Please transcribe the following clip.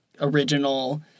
original